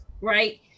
right